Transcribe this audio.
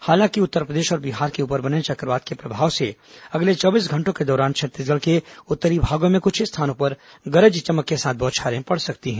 हालांकि उत्तरप्रदेश और बिहार के ऊपर बने चक्रवात के प्रभाव से अगले चौबीस घंटों के दौरान छत्तीसगढ़ के उत्तरी भागों में कुछ स्थानों पर गरज चमक के साथ बौछारें पड़ सकती हैं